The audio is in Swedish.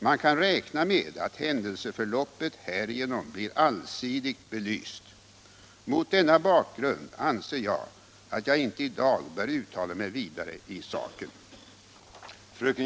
Man kan räkna med att händelseförloppet härigenom blir allsidigt belyst. Mot denna bakgrund anser jag att jag inte i dag bör uttala mig vidare i saken.